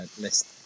list